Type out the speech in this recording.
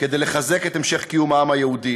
כדי לחזק את המשך קיום העם היהודי